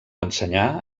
ensenyar